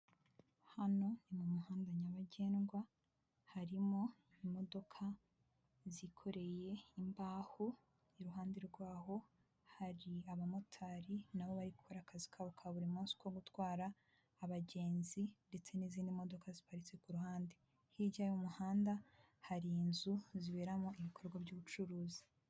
Hano ni mu muhanda nyabagendwa, harimo imodoka zikoreye imbaho iruhande rwaho hari abamotari nabo barigukora akazi kabo ka buri munsi ko gutwara abagenzi ndetse n'izindi modoka ziparitse ku ruhande. Hirya y'umuhanda hari inzu ziberamo ibikorwa by'ubucuruzi.